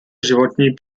životní